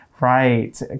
Right